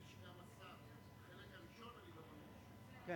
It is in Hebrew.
נדמה לי שגם השר.